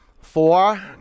four